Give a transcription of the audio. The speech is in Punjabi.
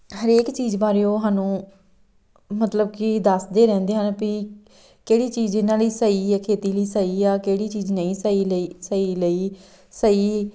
ਹਰੇਕ ਚੀਜ਼ ਬਾਰੇ ਉਹ ਸਾਨੂੰ ਮਤਲਬ ਕਿ ਦੱਸਦੇ ਰਹਿੰਦੇ ਹਨ ਵੀ ਕਿਹੜੀ ਚੀਜ਼ ਇਹਨਾਂ ਲਈ ਸਹੀ ਹੈ ਖੇਤੀ ਲਈ ਸਹੀ ਆ ਕਿਹੜੀ ਚੀਜ਼ ਨਹੀਂ ਸਹੀ ਲਈ ਸਹੀ ਲਈ ਸਹੀ